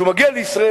כשהוא מגיע לישראל,